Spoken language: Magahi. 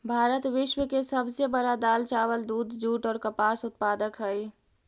भारत विश्व के सब से बड़ा दाल, चावल, दूध, जुट और कपास उत्पादक हई